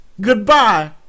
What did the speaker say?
goodbye